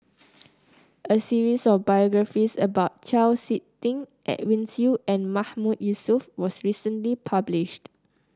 a series of biographies about Chau SiK Ting Edwin Siew and Mahmood Yusof was recently published